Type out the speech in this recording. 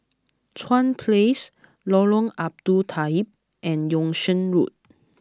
Chuan Place Lorong Abu Talib and Yung Sheng Road